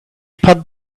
put